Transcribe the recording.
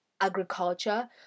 agriculture